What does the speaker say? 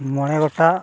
ᱢᱚᱬᱮ ᱜᱚᱴᱟᱝ